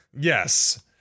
Yes